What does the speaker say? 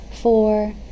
Four